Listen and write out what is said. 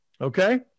Okay